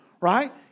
right